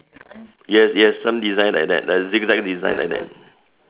yes yes some design like that like zig-zag design like that